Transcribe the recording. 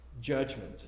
Judgment